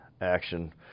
action